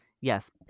Yes